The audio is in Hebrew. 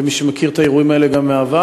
כמי שמכיר את האירועים האלה גם מהעבר.